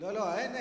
לא, אין.